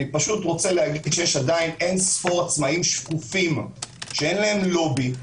יש עדיין אין ספור עצמאיים שקופים שאין להם לובי,